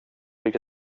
lycka